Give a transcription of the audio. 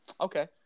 Okay